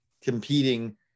competing